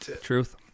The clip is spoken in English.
Truth